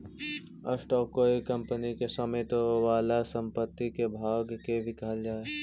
stock कोई company के स्वामित्व वाला संपत्ति के भाग के भी कहल जा हई